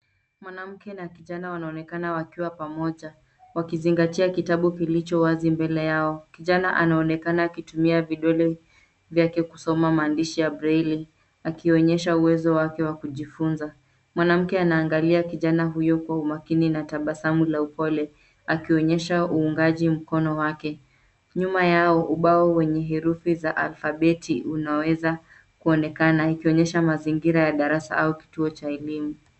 Mwanamke na kijana wanaonekana wakiwa pamoja wakizingatia kitabu kilicho wazi mbele yao. Kijana anaonekana akitumia vidole vyake kusoma maandishi ya Braille akionyesha uwezo wake wa kujifunza. Mwanamke anaangalia kijana huyo kwa umakini na tabasamu la upole akionyesha uungaji mkono wake. Nyuma yao ubao wenye herufi za alphabeti unaweza kuonekana ikionyesha mazingira ya darasa au kituo cha elimu.